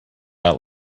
out